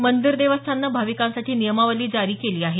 मंदिर देवस्थानने भाविकांसाठी नियमावली जारी केली आहे